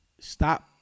Stop